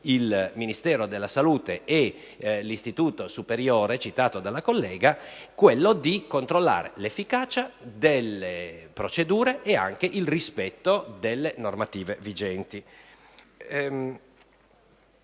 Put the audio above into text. il Ministero della salute e l'Istituto superiore di sanità, testé citato dalla collega - di controllare l'efficacia delle procedure e il rispetto delle normative vigenti.